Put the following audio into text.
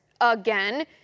again